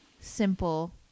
simple